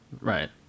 Right